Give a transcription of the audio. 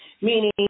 Meaning